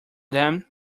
then